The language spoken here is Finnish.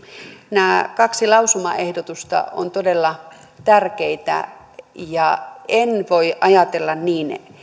nämä kaksi lausumaehdotusta ovat todella tärkeitä ja en voi ajatella niin niin